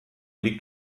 liegt